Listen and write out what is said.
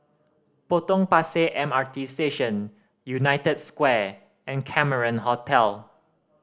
Potong Pasir M R T Station United Square and Cameron Hotel